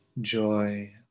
joy